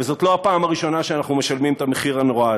וזאת לא הפעם הראשונה שאנחנו משלמים את המחיר הנורא הזה.